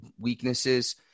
weaknesses